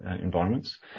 environments